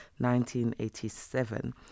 1987